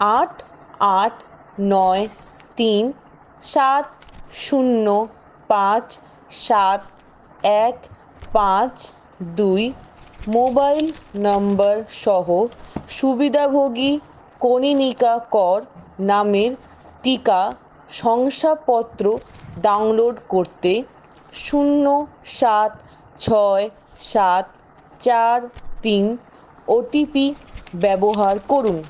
আট আট নয় তিন সাত শূন্য পাঁচ সাত এক পাঁচ দুই মোবাইল নাম্বার সহ সুবিধাভোগী কণীনিকা কর নামের টিকা শংসাপত্র ডাউনলোড করতে শূন্য সাত ছয় সাত চার তিন ওটিপি ব্যবহার করুন